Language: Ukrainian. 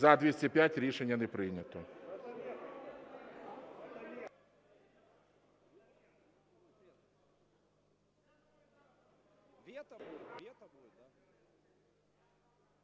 За-205 Рішення не прийнято.